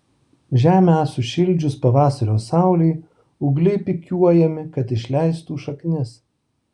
žemę sušildžius pavasario saulei ūgliai pikiuojami kad išleistų šaknis